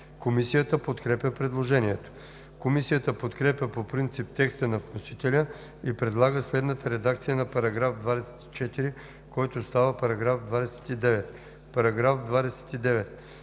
Комисията подкрепя предложението. Комисията подкрепя по принцип текста на вносителя и предлага следната редакция на § 59, който става § 64: „§ 64.